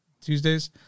Tuesdays